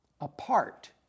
apart